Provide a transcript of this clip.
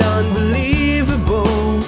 unbelievable